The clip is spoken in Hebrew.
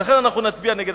ולכן אנחנו נצביע נגד.